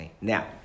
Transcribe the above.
Now